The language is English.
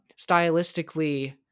Stylistically